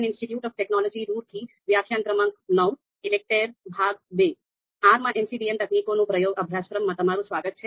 R માં MCDM તકનીકો નું પ્રયોગ અભ્યાસક્રમમાં તમારું સ્વાગત છે